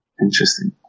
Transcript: interesting